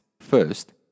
First